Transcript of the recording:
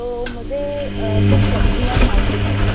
तो मुझे कुछ सब्जियां चाहिए थी